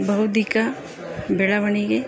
ಬೌದ್ಧಿಕ ಬೆಳವಣಿಗೆ